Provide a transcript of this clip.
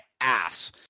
ass